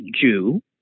Jew